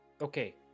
Okay